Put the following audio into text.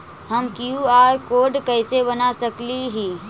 हम Q R code कैसे बना सकली ही?